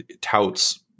touts